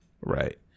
Right